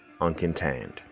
uncontained